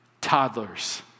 toddlers